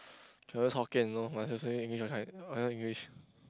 cannot use Hokkien you know must use English or Chi~ only Englishsh